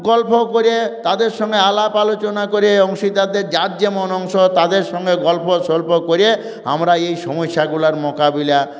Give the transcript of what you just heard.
গল্প করে তাদের সঙ্গে আলাপ আলোচনা করে অংশীদারদের যার যেমন অংশ তাদের সঙ্গে গল্প সল্প করে আমরা এই সমস্যাগুলোর মোকাবিলা